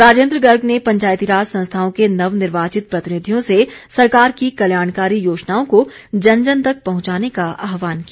राजेन्द्र गर्ग ने पंचायती राज संस्थाओं के नवनिर्वाचित प्रतिनिधियों से सरकार की कल्याणकारी योजनाओं को जन जन तक पहुंचाने का आहवान किया